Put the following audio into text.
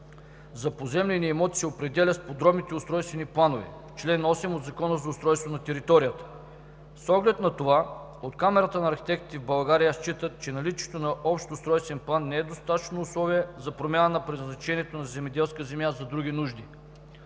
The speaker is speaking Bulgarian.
за поземлени имоти се определя с подробните устройствени планове – чл. 8 от Закона за устройство на територията. С оглед на това от Камарата на архитектите в България считат, че наличието на общ устройствен план не е достатъчно условие за промяна на предназначението на земеделска земя за други нужди.